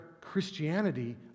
Christianity